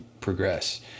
progress